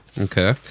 Okay